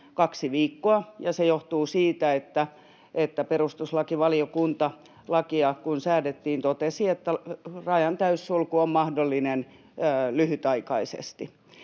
kaksi viikkoa. Se johtuu siitä, että kun lakia säädettiin, niin perustuslakivaliokunta totesi, että rajan täyssulku on mahdollinen ly-hytaikaisesti.